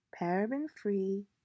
paraben-free